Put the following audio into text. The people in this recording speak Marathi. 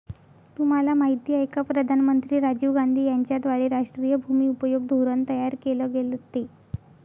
तुम्हाला माहिती आहे का प्रधानमंत्री राजीव गांधी यांच्याद्वारे राष्ट्रीय भूमि उपयोग धोरण तयार केल गेलं ते?